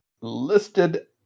listed